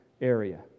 area